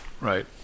right